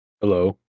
Hello